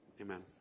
amen